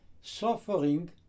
suffering